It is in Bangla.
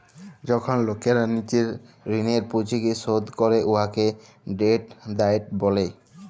যখল লকেরা লিজের ঋলের পুঁজিকে শধ ক্যরে উয়াকে ডেট ডায়েট ব্যলে